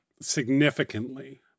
significantly